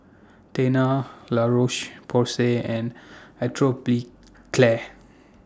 Tena La Roche Porsay and Atopiclair